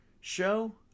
Show